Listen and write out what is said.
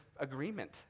agreement